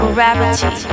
Gravity